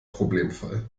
problemfall